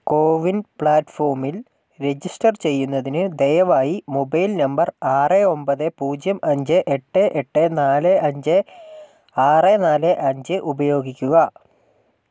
കോവിൻ പ്ലാറ്റ്ഫോമിൽ രജിസ്റ്റർ ചെയ്യുന്നതിന് ദയവായി മൊബൈൽ നമ്പർ ആറ് ഒമ്പത് പൂജ്യം അഞ്ച് എട്ട് എട്ട് നാല് അഞ്ച് ആറ് നാല് അഞ്ച് ഉപയോഗിക്കുക